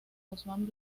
guzmán